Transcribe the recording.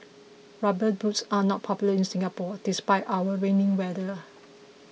rubber boots are not popular in Singapore despite our rainy weather